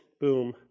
boom